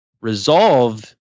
resolve